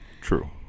True